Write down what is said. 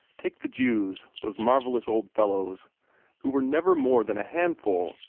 take the jews those marvellous old fellows who were never more than a handful,